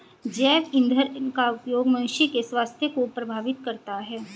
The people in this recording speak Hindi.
जैव ईंधन का उपयोग मनुष्य के स्वास्थ्य को प्रभावित करता है